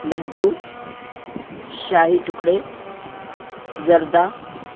لڈو شاہی ٹکڑے زردہ